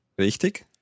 Richtig